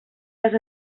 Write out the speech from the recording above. les